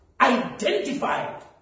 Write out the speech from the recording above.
identified